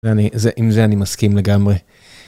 ואני זה, עם זה אני מסכים לגמרי.